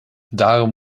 daarom